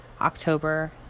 October